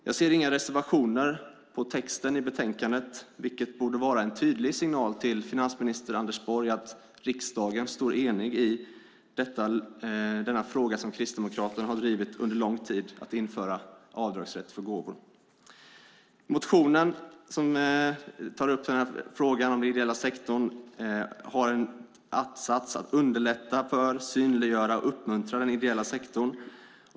Jag ser inga reservationer mot texten i betänkandet, vilket borde vara en tydlig signal till finansminister Anders Borg att riksdagen står enig i denna fråga som Kristdemokraterna har drivit under lång tid, att införa avdragsrätt för gåvor. Motionen som tar upp frågan om den ideella sektorn har en att-sats: att underlätta för, synliggöra och uppmuntra den ideella sektorn.